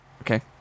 okay